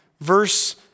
verse